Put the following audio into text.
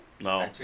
No